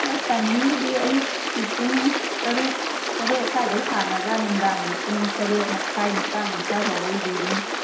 ꯍꯣꯏ ꯇꯥꯏꯃꯤꯡꯕꯨꯗꯤ ꯑꯌꯨꯛꯀꯤ ꯄꯨꯡ ꯇꯔꯨꯛ ꯇꯔꯦꯠ ꯁꯋ꯭ꯏꯗꯩ ꯍꯥꯡꯉꯒ ꯅꯨꯡꯗꯥꯡꯒꯤ ꯄꯨꯡ ꯇꯔꯦꯠ ꯃꯈꯥꯏ ꯅꯤꯄꯥꯜ ꯑꯁꯥꯏ ꯐꯥꯎꯕꯒꯤꯗꯤ ꯑꯗꯨꯝ